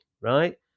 right